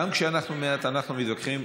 גם כשאנחנו מעט אנחנו מתווכחים?